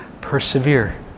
persevere